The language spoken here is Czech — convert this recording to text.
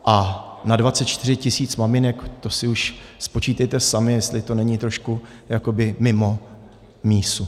A na 24 tisíc maminek, to si už spočítejte sami, jestli to není trošku jakoby mimo mísu.